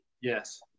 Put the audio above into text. Yes